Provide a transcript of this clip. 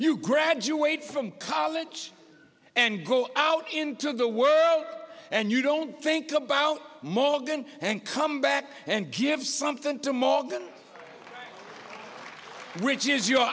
you graduate from college and go out into the world and you don't think about morgan and come back and give something to morgan which is you